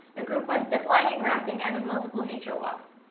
the group went zip-lining, rafting and on multiple nature walks.